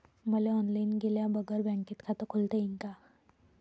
मले ऑनलाईन गेल्या बगर बँकेत खात खोलता येईन का?